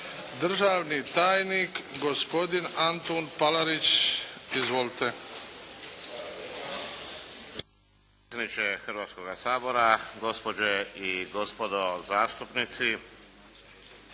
Državni tajni gospodin Antun Palarić. Izvolite!